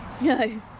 No